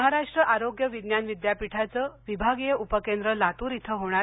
महाराष्ट्र आरोग्य विज्ञान विद्यापीठाचं विभागीय उपकेंद्र लातूर इथं होणार